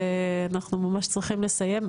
ואנחנו ממש צריכים לסיים,